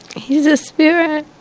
he's a spirit.